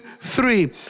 three